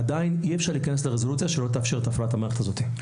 עדיין אי אפשר להיכנס לרזולוציה שלא תאפשר את הפעלת המערכת הזאת.